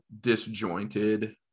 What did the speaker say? disjointed